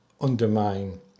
undermine